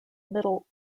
middle